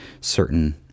certain